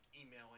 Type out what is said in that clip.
emailing